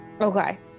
Okay